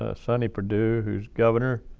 ah sonny perdue who's governor,